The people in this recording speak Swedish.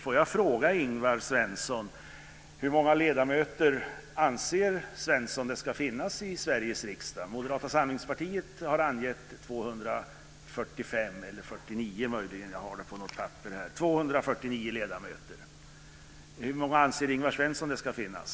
Får jag fråga Ingvar Svensson hur många ledamöter han anser ska finnas i Sveriges riksdag? Moderata samlingspartiet har angett 249 ledamöter. Hur många anser Ingvar Svensson att det ska finnas?